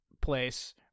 place